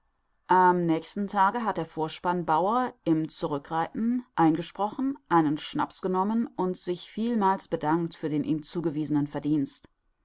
am nächsten tage hat der vorspann bauer im zurückreiten eingesprochen einen schnaps genommen und sich vielmals bedankt für den ihm zugewiesenen verdienst